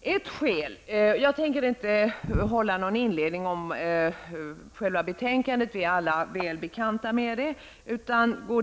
Jag skall inte hålla något inledningsanförande om själva betänkandet, då vi alla är bekanta med dess innehåll.